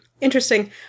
Interesting